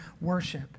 worship